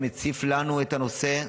שמציף לנו את הנושא,